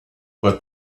but